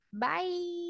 bye